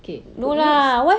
K good looks